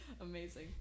Amazing